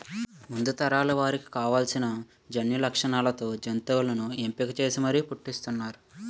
ముందు తరాల వారి కోసం కావాల్సిన జన్యులక్షణాలతో జంతువుల్ని ఎంపిక చేసి మరీ పుట్టిస్తున్నారు